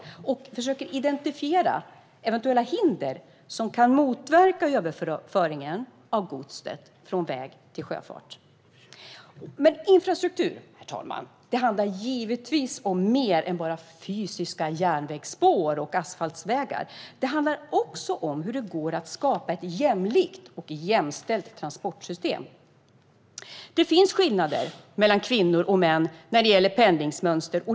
Man försöker identifiera eventuella hinder som kan motverka överföringen av gods från väg till sjöfart. Men infrastruktur, herr talman, handlar givetvis om mer än bara fysiska järnvägsspår och asfaltvägar. Det handlar också om hur det går att skapa ett jämlikt och jämställt transportsystem. Det finns skillnader mellan kvinnor och män när det gäller pendlingsmönster.